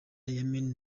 yemen